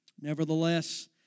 Nevertheless